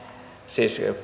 siis